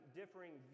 differing